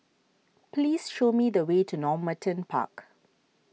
please show me the way to Normanton Park